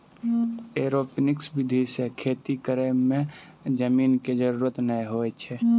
aeroponics विधि सॅ खेती करै मॅ जमीन के जरूरत नाय होय छै